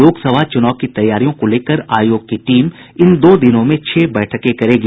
लोकसभा चुनाव की तैयारियों को लेकर आयोग की टीम इन दो दिनों में छह बैठकें करेगी